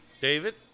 david